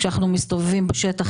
כשאנחנו מסתובבים בשטח,